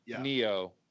Neo